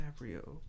DiCaprio